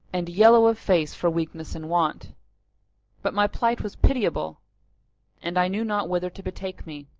and yellow of face for weakness and want but my plight was pitiable and i knew not whither to betake me.